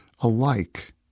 alike